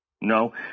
No